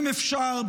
אם אפשר,